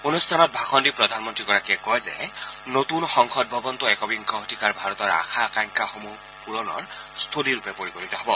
অনুষ্ঠানত ভাষণ দি প্ৰধানমন্ত্ৰীগৰাকীয়ে কয় যে নতুন সংসদ ভৱনটো একবিংশ শতিকাৰ ভাৰতৰ আশা আকাংক্ষাসমূহ পুৰণৰ স্থলীৰূপে পৰিগণিত হব